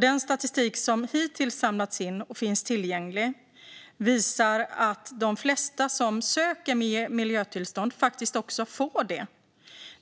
Den statistik som hittills samlats in och finns tillgänglig visar att de flesta som söker miljötillstånd faktiskt också får det.